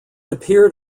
appeared